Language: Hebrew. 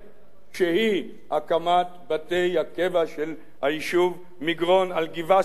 שהיא הקמת בתי הקבע של היישוב מגרון על גבעה סמוכה,